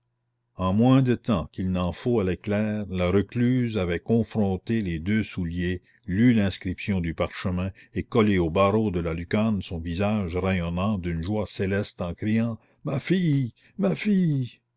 en moins de temps qu'il n'en faut à l'éclair la recluse avait confronté les deux souliers lu l'inscription du parchemin et collé aux barreaux de la lucarne son visage rayonnant d'une joie céleste en criant ma fille ma fille